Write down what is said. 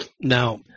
Now